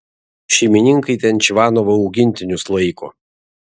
šeimininkai ten čvanovo augintinius laiko